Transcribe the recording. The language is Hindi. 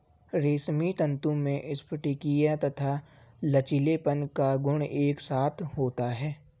रेशमी तंतु में स्फटिकीय तथा लचीलेपन का गुण एक साथ होता है